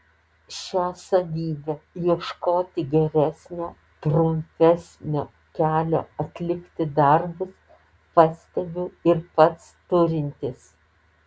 šią savybę ieškoti geresnio trumpesnio kelio atlikti darbus pastebiu ir pats turintis